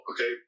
okay